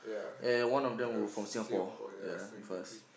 and one of them were from Singapore ya with us